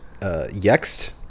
Yext